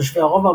תושבי הרובע,